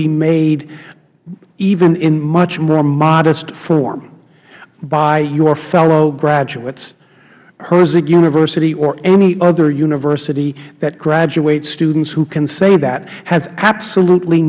be made even in much more modest form by your fellow graduates herzing university or any other university that graduates students who can say that have absolutely